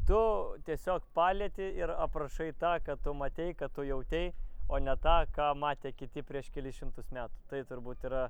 tu tiesiog palieti ir aprašai tą ką tu matei ką tu jautei o ne tą ką matė kiti prieš kelis šimtus metų tai turbūt yra